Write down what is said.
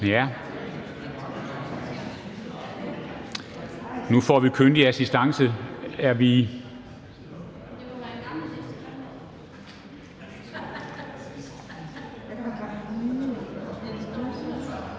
Nu får vi kyndig assistance.